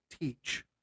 teach